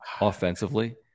offensively